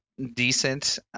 Decent